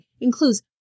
includes